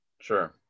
Sure